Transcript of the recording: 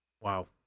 Wow